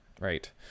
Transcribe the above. right